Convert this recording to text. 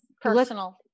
personal